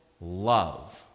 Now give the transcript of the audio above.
love